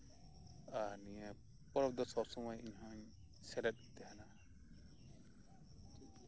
ᱟᱨ ᱱᱤᱭᱟᱹ ᱯᱚᱨᱚᱵ ᱨᱮᱫᱚ ᱥᱚᱵ ᱥᱚᱢᱚᱭ ᱤᱧ ᱦᱚᱸ ᱥᱮᱞᱮᱫ ᱤᱧ ᱛᱟᱦᱮᱸᱱᱟ